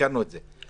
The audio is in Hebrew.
תיקנו את זה.